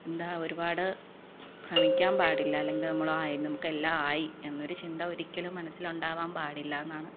എന്താ ഒരുപാട് ഭ്രമിക്കാൻ പാടില്ല അല്ലെങ്കിൽ നമ്മൾ ആ നമുക്ക് എല്ലാമായി എന്നൊരു ചിന്ത ഒരിക്കലും മനസ്സിൽ ഉണ്ടാവാൻ പാടില്ലയെന്നാണ്